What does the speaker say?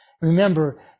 Remember